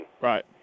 Right